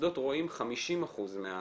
המוסדות רואים 50% מהקצבה.